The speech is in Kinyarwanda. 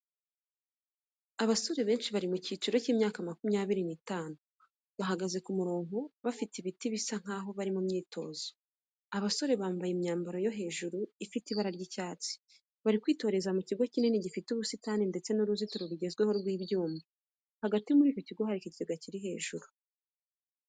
Abasore benshi bari mu cyiciro cy'imyaka makumyabiri n'itanu, bahagaze ku murongo bafite ibiti, bisa nkaho bari mu myitozo. Aba basore bambaye imyambaro yo hejuru ifite ibara ry'icyatsi. Bari kwitoreza mu kigo kinini gifite ubusitani ndetse n'uruzitiro rugezweho rw'ibyuma, hagati muri icyo kigo hari ikigega kiri hejuru.